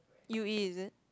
u_e is it